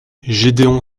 gédéon